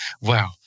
wow